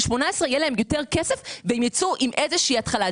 18 יהיה להם יותר כסף וייצאו עם איזושהי התחלה.